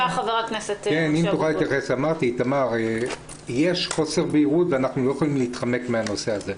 יש חוסר בהירות ואנחנו לא יכולים להתחמק מכך.